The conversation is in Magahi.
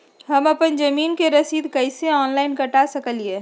हम अपना जमीन के रसीद कईसे ऑनलाइन कटा सकिले?